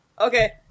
Okay